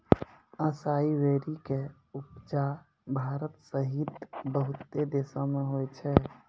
असाई berry के उपजा भारत सहित बहुते देशो मे होय छै